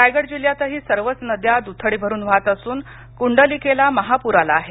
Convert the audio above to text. रायगड जिल्ह्यातही सर्वच नद्या द्थडी भरून वाहत असून कुंडलिकेला महापूर आला आहे